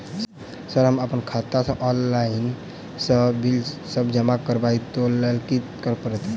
Sir हम अप्पन खाता सऽ ऑनलाइन सऽ बिल सब जमा करबैई ओई लैल की करऽ परतै?